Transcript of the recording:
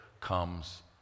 comes